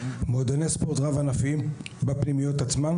מועדוני ספורט רב ענפיים בפנימיות עצמן